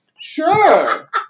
Sure